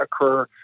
occur